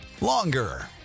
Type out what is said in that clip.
longer